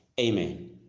amen